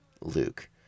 Luke